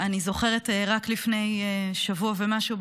אני זוכרת רק לפני שבוע ומשהו,